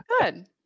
Good